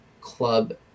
club